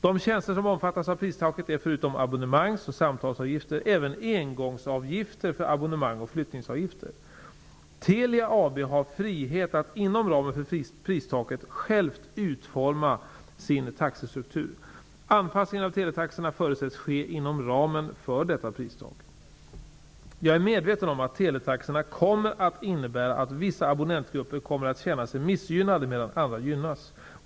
De tjänster som omfattas av pristaket är förutom abonnemangs och samtalsavgifter även engångsavgifter för abonnemang och flyttningsavgifter. Telia AB har frihet att inom ramen för pristaket självt utforma sin taxestruktur. Anpassningen av teletaxorna förutsätts ske inom ramen för detta pristak. Jag är medveten om att teletaxorna kommer att innebära att vissa abonnentgrupper kommer att känna sig missgynnade medan andra gynnas.